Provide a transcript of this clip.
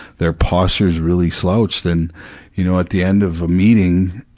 their posture's really slouched and you know, at the end of a meeting,